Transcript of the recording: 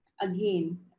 again